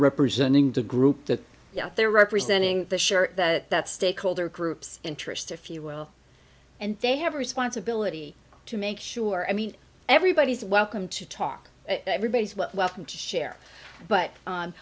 representing the group that they're representing the sure that that stakeholder groups interest if you will and they have a responsibility to make sure i mean everybody's welcome to talk everybody's well welcome to share but